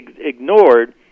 ignored